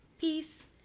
peace